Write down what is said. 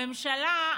הממשלה,